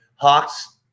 Hawks